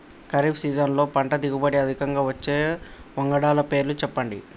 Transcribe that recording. ఖరీఫ్ సీజన్లో పంటల దిగుబడి అధికంగా వచ్చే వంగడాల పేర్లు చెప్పండి?